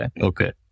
Okay